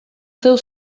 zeuk